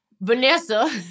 Vanessa